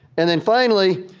and then finally,